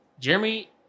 Jeremy